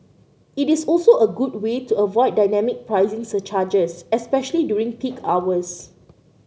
it is also a good way to avoid dynamic pricing surcharges especially during peak hours